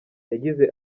yagize